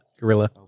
Gorilla